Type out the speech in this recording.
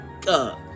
God